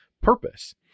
purpose